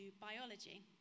biology